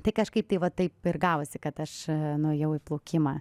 tai kažkaip tai va taip ir gavosi kad aš nuėjau į plaukimą